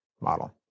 model